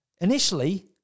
initially